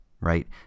right